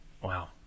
Wow